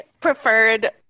preferred